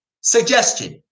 suggestion